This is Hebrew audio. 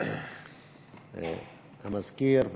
המזכיר,